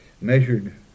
measured